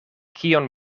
kion